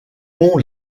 pont